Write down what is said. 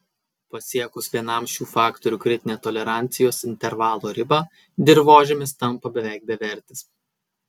pasiekus vienam šių faktorių kritinę tolerancijos intervalo ribą dirvožemis tampa beveik bevertis